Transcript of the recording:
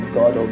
God